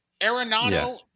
Arenado